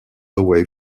away